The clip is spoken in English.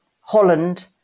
Holland